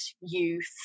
youth